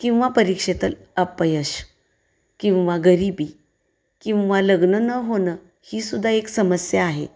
किंवा परीक्षेतील अपयश किंवा गरिबी किंवा लग्न न होणं ही सुद्धा एक समस्या आहे